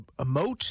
emote